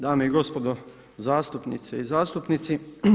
Dame i gospodo zastupnice i zastupnici.